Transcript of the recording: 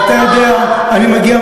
איפה יש, ואתה יודע, אני מגיע